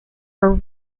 are